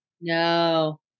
No